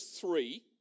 three